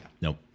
Nope